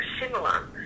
similar